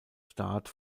start